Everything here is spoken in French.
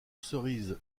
cerises